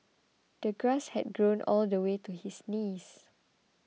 the grass had grown all the way to his knees